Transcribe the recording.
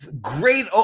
Great